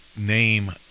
name